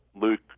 Luke